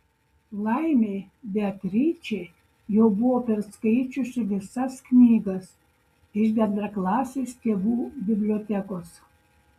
laimei beatričė jau buvo perskaičiusi visas knygas iš bendraklasės tėvų bibliotekos